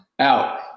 Out